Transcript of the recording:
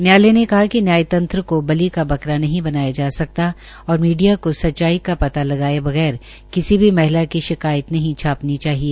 न्यायालय ने कहा कि न्यायतंत्र को बलि का बकरा नहीं बनाना जा सकता और मीडा को सच्चाई का पता लगाये बगैर किसी भी महिला की शिकायत नहीं छापनी चाहिए